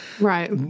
Right